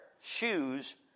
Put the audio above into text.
shoes